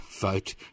vote